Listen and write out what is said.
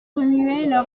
remuaient